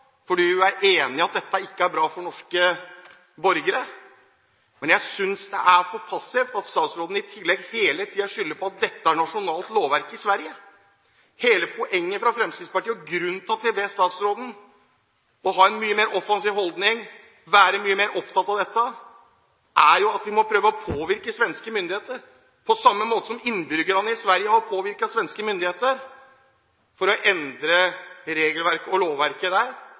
fordi hun er enig i at dette ikke er bra for norske borgere. Men jeg synes det er for passivt at statsråden i tillegg hele tiden skylder på at dette er nasjonalt lovverk i Sverige. Hele poenget for Fremskrittspartiet og grunnen til at vi ber statsråden om å ha en mye mer offensiv holdning og være mye opptatt av dette, er at vi må prøve å påvirke svenske myndigheter – på samme måte som innbyggerne i Sverige har påvirket svenske myndigheter til å endre regelverket og lovverket der